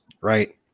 right